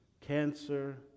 cancer